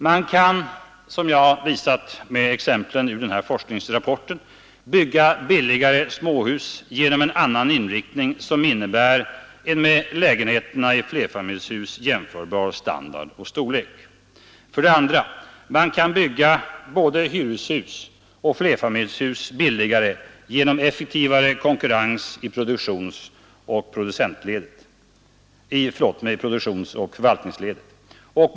Man kan, som jag visat med exemplen ur den nämnda forskningsrapporten, bygga billigare småhus genom en annan inriktning som innebär en med lägenheterna i flerfamiljshus jämförbar standard och storlek. 2. Man kan bygga både hyreshus och flerfamiljshus billigare genom effektivare konkurrens i produktionsoch förvaltningsledet. 3.